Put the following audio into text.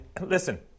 listen